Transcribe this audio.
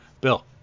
Bill